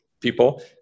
people